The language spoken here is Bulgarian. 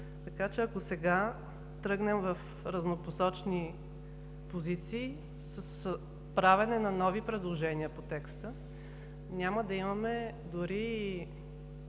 Така че, ако сега тръгнем в разнопосочни позиции, с правене на нови предложения по текста, няма да имаме дори…